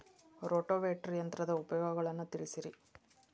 rotavator ಯಂತ್ರದ ಉಪಯೋಗಗಳನ್ನ ತಿಳಿಸಿರಿ